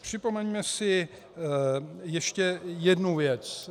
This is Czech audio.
Připomeňme si ještě jednu věc.